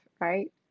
right